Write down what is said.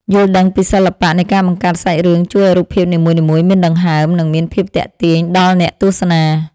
យល់ដឹងពីសិល្បៈនៃការបង្កើតសាច់រឿងជួយឱ្យរូបភាពនីមួយៗមានដង្ហើម និង មានភាពទាក់ទាញដល់អ្នកទស្សនា។